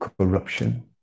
corruption